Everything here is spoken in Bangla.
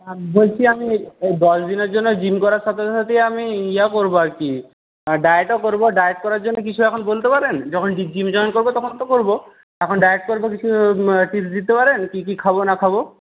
হ্যাঁ বলছি আমি দশ দিনের জন্য জিম করার সাথে সাথেই আমি ইয়ে করব আর কি ডায়েটও করব ডায়েট করার জন্য কিছু এখন বলতে পারেন যখন জিম জয়েন করব তখন তো করব এখন ডায়েট করব কিছু টিপস দিতে পারেন কী কী খাব না খাব